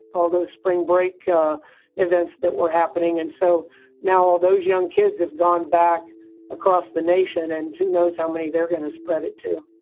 all those spring break events that were happening. and so now all those young kids have gone back across the nation and who knows how many they're going to spread it to